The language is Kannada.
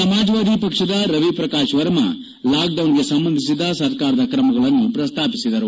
ಸಮಾಜವಾದಿ ಪಕ್ಷದ ರವಿಪ್ರಕಾಶ್ ವರ್ಮ ಲಾಕ್ಡೌನ್ಗೆ ಸಂಬಂಧಿಸಿದ ಸರ್ಕಾರದ ಕ್ರಮಗಳನ್ನು ಪ್ರಸ್ತಾಪಿಸಿದರು